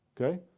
Okay